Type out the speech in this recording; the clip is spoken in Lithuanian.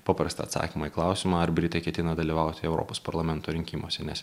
paprastą atsakymą į klausimą ar britai ketina dalyvauti europos parlamento rinkimuose nes